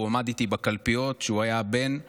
הוא עמד איתי בקלפיות כשהוא היה בן שמונה,